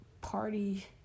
party